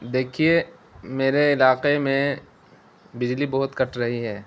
دیکھیے میرے علاقے میں بجلی بہت کٹ رہی ہے